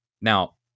now